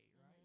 right